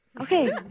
Okay